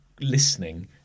Listening